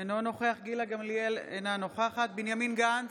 אינו נוכח גילה גמליאל, אינה נוכחת בנימין גנץ,